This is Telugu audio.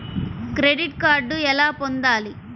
క్రెడిట్ కార్డు ఎలా పొందాలి?